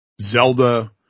Zelda